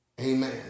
Amen